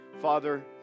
Father